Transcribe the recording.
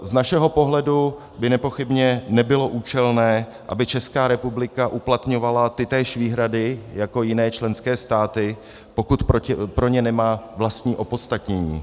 Z našeho pohledu by nepochybně nebylo účelné, aby Česká republika uplatňovala tytéž výhrady jako jiné členské státy, pokud pro ně nemá vlastní opodstatnění.